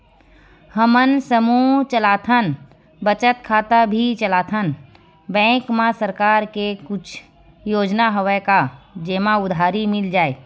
हमन समूह चलाथन बचत खाता भी चलाथन बैंक मा सरकार के कुछ योजना हवय का जेमा उधारी मिल जाय?